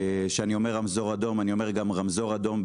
כשאני אומר רמזור אדום,